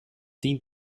tien